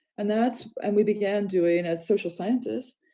and that's, and we began doing as social scientists,